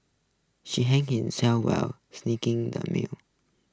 she hurt himself while slicing the meat